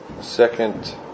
second